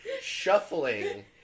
shuffling